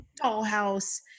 dollhouse